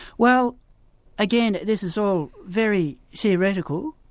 well again, this is all very theoretical,